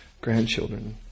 grandchildren